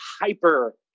hyper